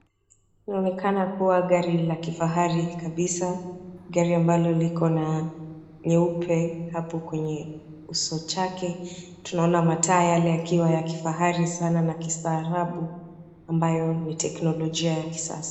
Inaonekana kuwa gari ni la kifahari kabisa. Gari ambalo liko na nyeupe hapo kwenye uso chake. Tunaona mataa yale yakiwa ya kifahari sana na kistaarabu ambayo ni teknolojia ya kisasa.